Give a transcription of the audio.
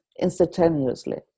instantaneously